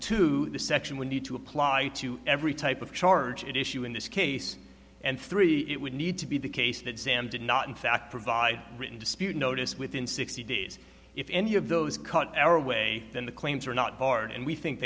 two the section would need to apply to every type of charge at issue in this case and three it would need to be the case that sam did not in fact provide written dispute notice within sixty days if any of those ca tearaway than the claims are not barred and we think